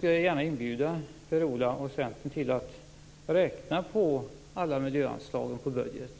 Jag inbjuder gärna Per-Ola Eriksson och Centern att räkna på alla miljöanslagen i budgeten.